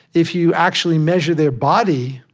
if you actually measure their body,